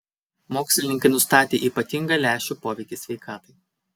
mokslininkai nustatė ypatingą lęšių poveikį sveikatai